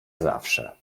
zawsze